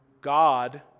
God